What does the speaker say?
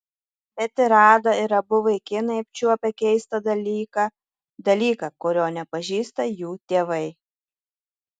bet ir ada ir abu vaikinai apčiuopę keistą dalyką dalyką kurio nepažįsta jų tėvai